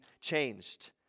changed